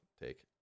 take